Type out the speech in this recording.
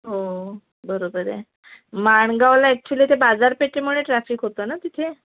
हो बरोबर आहे माणगावला ॲक्चुअली त्या बाजारपेठेमुळे ट्राफिक होतं न तिथे